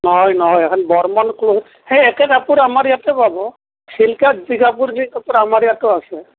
নহয় নহয় এইখন বৰ্মন ক্ল'থ সেই একে কাপোৰ আমাৰ ইয়াতে পাব চিল্কাত যি কাপোৰ যি কাপোৰ আমাৰ ইয়াতো আছে